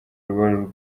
ruba